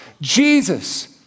Jesus